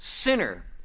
sinner